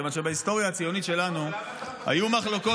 כיוון שבהיסטוריה הציונית שלנו היו מחלוקות,